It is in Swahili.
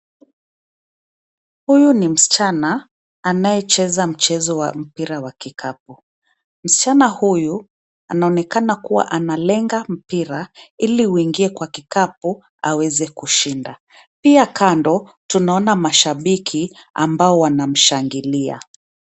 Huyu ni msichana anayecheza mchezo wa mpira wa kikapu. Msichana huyu anaonekana kuwa analenga mpira ili uingie kwa kikapu aweze kushinda. Pia kando, tunaona mashabiki ambao wanamshagilia.